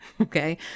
okay